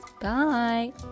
Bye